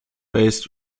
based